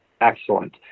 excellent